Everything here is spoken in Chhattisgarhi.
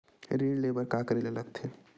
ऋण ले बर का करे ला लगथे?